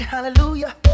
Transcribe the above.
Hallelujah